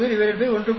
99 1